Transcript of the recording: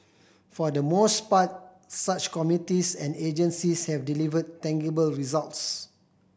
for the most part such committees and agencies have delivered tangible results